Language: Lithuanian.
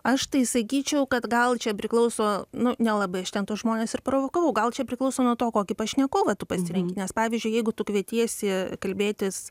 aš tai sakyčiau kad gal čia priklauso nu nelabai aš ten tuos žmones ir provokavau gal čia priklauso nuo to kokį pašnekovą tu pasirenki nes pavyzdžiui jeigu tu kvietiesi kalbėtis